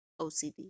OCD